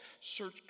search